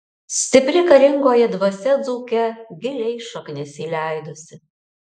stipri karingoji dvasia dzūke giliai šaknis įleidusi